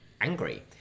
angry